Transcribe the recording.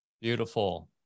beautiful